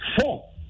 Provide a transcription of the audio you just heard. Four